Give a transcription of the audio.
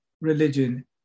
religion